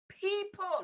people